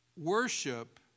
worship